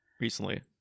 recently